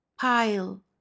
pile